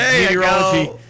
meteorology